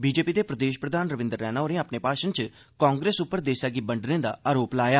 BJP दे प्रदेश प्रघान रविंदर रैना होरें अपने भाषण च कांग्रेस उप्पर देसै गी बंड्डने दा आरोप लाया